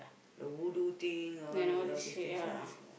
the voodoo thing all all these things right ya